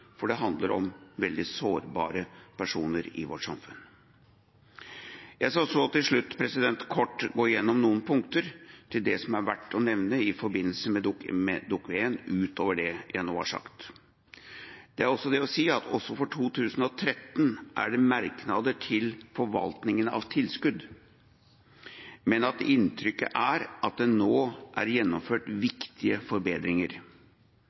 det handler om veldig sårbare personer i vårt samfunn. Jeg skal så til slutt kort gå gjennom noen punkter til det som er verdt å nevne i forbindelse med Dokument 1, utover det jeg nå har sagt. Det er det å si at også for 2013 er det merknader til forvaltningen av tilskudd, men at inntrykket er at det nå er gjennomført viktige forbedringer.